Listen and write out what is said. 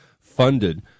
funded